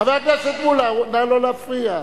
חבר הכנסת מולה, נא לא להפריע.